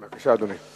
בבקשה, אדוני.